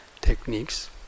techniques